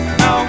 no